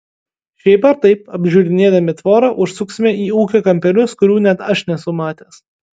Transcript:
šiaip ar taip apžiūrinėdami tvorą užsuksime į ūkio kampelius kurių net aš nesu matęs